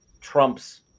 trumps